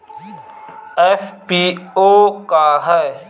FPO का ह?